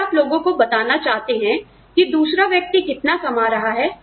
अगर आप लोगों को बताना चाहते हैं कि दूसरा व्यक्ति कितना कमा रहा है